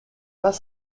pas